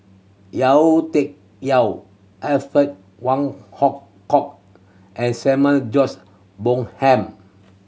Yau Tian Yau Alfred Wong Hong Kwok and Samuel George Bonham